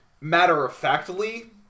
matter-of-factly